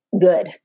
good